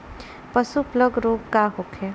पशु प्लग रोग का होखे?